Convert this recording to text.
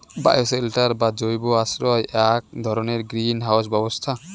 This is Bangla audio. বায়োশেল্টার বা জৈব আশ্রয় এ্যাক প্রকার গ্রীন হাউস ব্যবস্থা